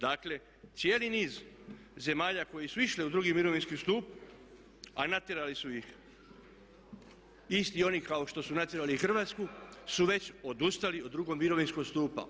Dakle, cijeli niz zemalja koje su išle u drugi mirovinski stup, a natjerali su ih isti oni kao što su natjerali i Hrvatsku su već odustali od drugog mirovinskog stupa.